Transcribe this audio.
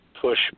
push